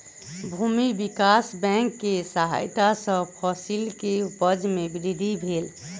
भूमि विकास बैंक के सहायता सॅ फसिल के उपज में वृद्धि भेल